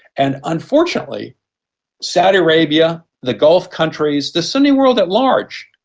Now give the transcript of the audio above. and unfortunately saudi arabia, the gulf countries, the sunni world at large,